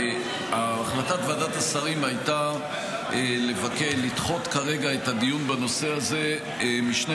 החלטת ועדת השרים הייתה לדחות כרגע את הדיון בנושא הזה משני